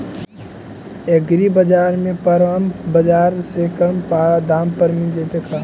एग्रीबाजार में परमप बाजार से कम दाम पर मिल जैतै का?